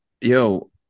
yo